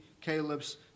caleb's